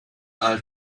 all